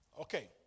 Okay